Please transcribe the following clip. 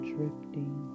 Drifting